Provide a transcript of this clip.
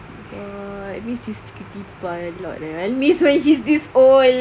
god I miss this cutie pie a lot eh I miss when she's this old